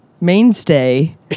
mainstay